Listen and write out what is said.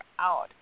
out